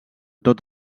tot